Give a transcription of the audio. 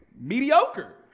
mediocre